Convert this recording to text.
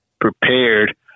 prepared